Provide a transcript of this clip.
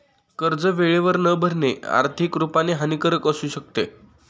कर्ज वेळेवर न भरणे, आर्थिक रुपाने हानिकारक असू शकते